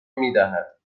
میدهد